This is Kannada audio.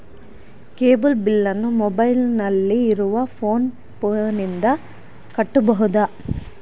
ಕೇಬಲ್ ಬಿಲ್ಲನ್ನು ಮೊಬೈಲಿನಲ್ಲಿ ಇರುವ ಫೋನ್ ಪೇನಿಂದ ಕಟ್ಟಬಹುದಾ?